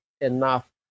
enough